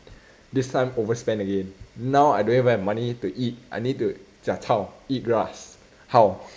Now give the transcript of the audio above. this time overspend again now I don't even have money to eat I need to 假钞 eat grass how